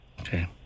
Okay